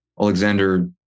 Alexander